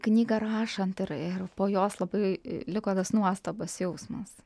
knygą rašant ir ir po jos labai liko tas nuostabus jausmas